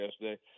yesterday